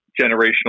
generational